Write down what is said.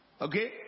Okay